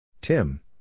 Tim